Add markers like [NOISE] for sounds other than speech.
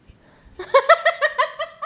[LAUGHS]